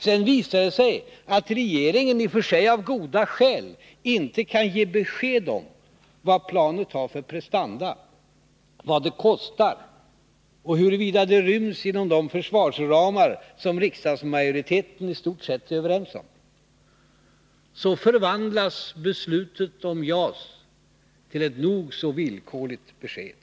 Sedan visar det sig att regeringen — i och för sig av goda skäl — inte kan ge besked om vad planet har för prestanda, vad det kostar och huruvida det ryms inom de försvarsramar som riksdagsmajoriteten i stort sett är överens om. Så förvandlas beslutet om JAS till ett nog så villkorligt besked.